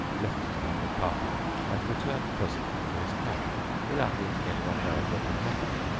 left them on the carpet and returned presently to his camp without letting anyone know of what had happened.